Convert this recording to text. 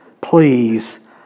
please